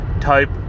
type